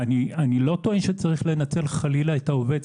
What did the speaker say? אני לא טוען שצריך לנצל חלילה את העובד,